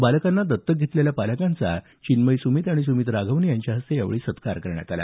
बालकांना दत्तक घेतलेल्या पालकांचा चिन्मयी सुमीत आणि सुमीत राघवन यांच्या हस्ते सत्कार करण्यात आला